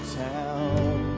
town